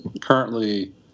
currently